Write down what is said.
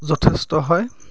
যথেষ্ট হয়